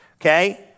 Okay